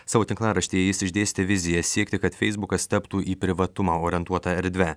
savo tinklaraštyje jis išdėstė viziją siekti kad feisbukas taptų į privatumą orientuota erdve